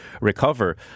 recover